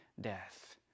death